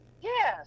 Yes